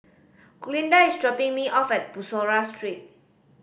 Glinda is dropping me off at Bussorah Street